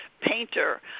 painter